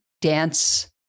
dance